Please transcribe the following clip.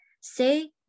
say